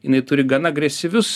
jinai turi gana agresyvius